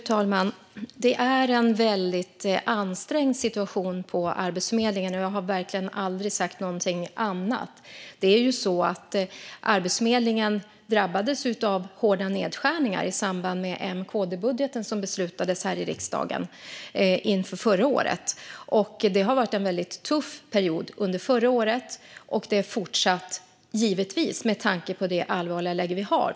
Fru talman! Det är en väldigt ansträngd situation på Arbetsförmedlingen, och jag har verkligen aldrig sagt något annat. Arbetsförmedlingen drabbades ju av hårda nedskärningar i samband med den M-KD-budget som beslutades i riksdagen inför förra året. Det var en väldigt tuff period under förra året, och det är det fortsatt - givetvis, med tanke på det allvarliga läge vi har.